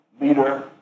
leader